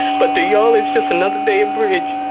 but to you all it's just another day of bridge.